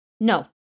No